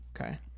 Okay